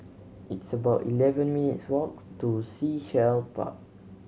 it's about eleven minutes' walk to Sea Shell Park